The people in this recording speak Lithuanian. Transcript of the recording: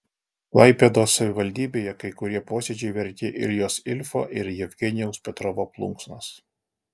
klaipėdos savivaldybėje kai kurie posėdžiai verti iljos ilfo ir jevgenijaus petrovo plunksnos